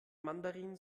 mandarin